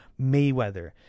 Mayweather